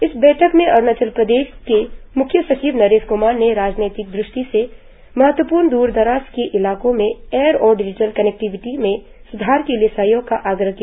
इस बैठक में अरुणाचल प्रदेश के मुख्य सचिव नरेश कुमार ने रणनीतिक दृष्टि से महत्वपूर्ण द्रर दराज के इलाकों में एयर और डिजिटल कनेक्टिविटी में सुधार के लिए सहयोग का आग्रह किया